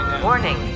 Warning